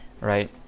right